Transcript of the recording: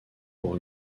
pour